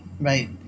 Right